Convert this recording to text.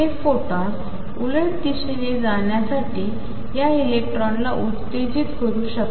हे फोटॉन उलट दिशेने जाण्यासाठी या इलेक्ट्रॉनला उत्तेजित करू शकते